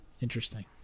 Interesting